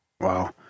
Wow